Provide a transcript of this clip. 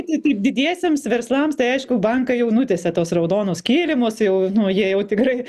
net ir didiesiems verslams tai aišku bankai jau nutiesia tuos raudonus kilimus jau nu jie jau tikrai